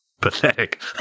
pathetic